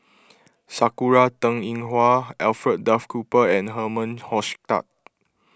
Sakura Teng Ying Hua Alfred Duff Cooper and Herman Hochstadt